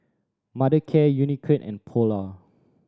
Mothercare Unicurd and Polar